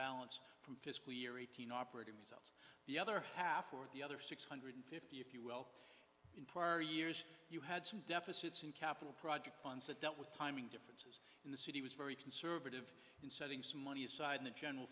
results the other half or the other six hundred fifty if you will in prior years you had some deficits in capital project funds that dealt with timing difference in the city was very conservative in setting some money aside in the general